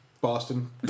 Boston